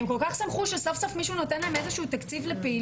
הן כל כך שמחו שמישהו סוף סוף נותן להם איזה שהוא תקציב לפעילות,